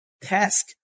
task